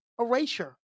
erasure